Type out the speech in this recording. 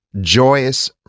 joyous